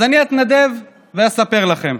אז אני אתנדב ואספר לכם.